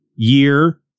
year